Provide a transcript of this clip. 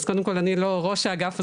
אז קודם כל אני לא ראש האגף,